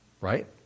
right